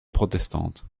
protestante